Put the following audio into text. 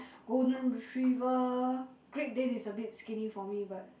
golden retriever great dane is a bit skinny for me but